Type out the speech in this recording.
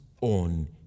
on